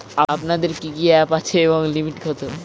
আপনাদের কি কি অ্যাপ আছে এবং লিমিট কত?